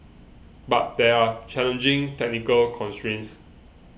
but there are challenging technical constrains